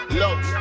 love